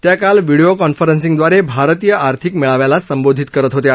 त्या काल व्हीडीओ कॉन्फरसिंगद्वारे भारतीय आर्थिक मेळाव्याला संबोधित करत होत्या